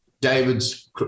David's